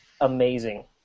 amazing